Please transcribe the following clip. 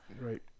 Right